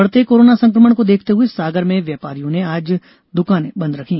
बढ़ते कोरोना संक्रमण को देखते हुए सागर में व्यापारियों ने आज दुकाने बंद रखी